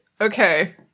okay